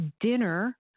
dinner